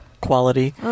quality